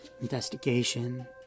investigation